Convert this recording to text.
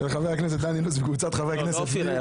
-- של חבר הכנסת דן אילוז וקבוצת חברי כנסת.